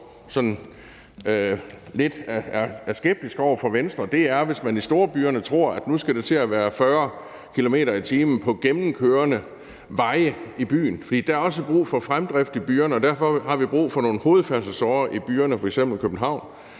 lidt skeptiske over for, er, hvis man i storbyerne tror, at det nu skal til at være 40 km/t. på gennemkørende veje i byen. For der er også brug for fremdrift i byerne, og derfor har vi brug for nogle hovedfærdselsårer, f.eks. i København.